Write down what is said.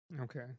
Okay